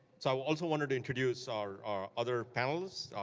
so also wanted to introduce our our other panelists.